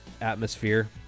atmosphere